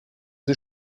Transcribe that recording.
sie